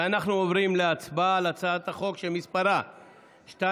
ואנחנו עוברים להצבעה על הצעת החוק שמספרה 2681/24,